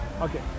Okay